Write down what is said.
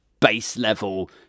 base-level